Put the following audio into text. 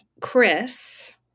Chris